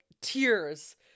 tears